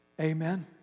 amen